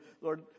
Lord